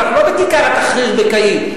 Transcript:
אנחנו לא בכיכר א-תחריר בקהיר.